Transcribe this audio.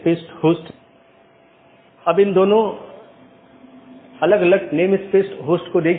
और EBGP में OSPF इस्तेमाल होता हैजबकि IBGP के लिए OSPF और RIP इस्तेमाल होते हैं